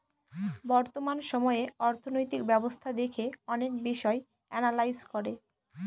বর্তমান সময়ে অর্থনৈতিক ব্যবস্থা দেখে অনেক বিষয় এনালাইজ করে